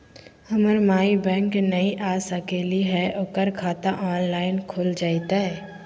हमर माई बैंक नई आ सकली हई, ओकर खाता ऑनलाइन खुल जयतई?